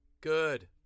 good